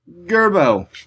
Gerbo